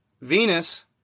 Venus